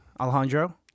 Alejandro